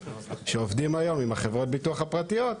שעובדים היום עם חברות הביטוח הפרטיות,